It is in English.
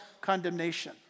condemnation